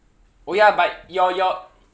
oh ya but your your